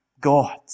God